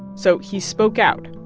so he spoke out,